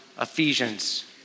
Ephesians